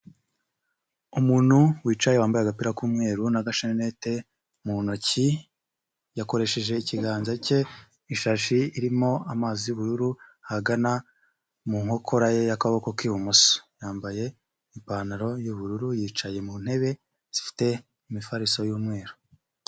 Umuntu wicaye wambaye agapira k'umweru n'agashanete mu ntoki, yakoresheje ikiganza cye, ishashi irimo amazi y'ubururu agana mu nkokora ye y'akaboko k'ibumoso. Yambaye ipantaro y'ubururu, yicaye mu ntebe zifite imifariso y'umweru.